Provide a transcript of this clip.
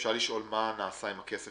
אפשר לשאול מה נעשה עם הכסף